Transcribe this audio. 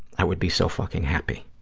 i would be so fucking happy.